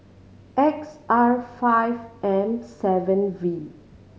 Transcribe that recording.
X R five M seven V